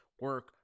Work